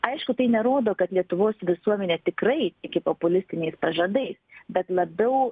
aišku tai nerodo kad lietuvos visuomenė tikrai tiki populistiniais pažadais bet labiau